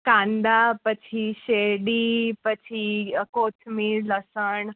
કાંદા પછી શેરડી પછી કોથમીર લસણ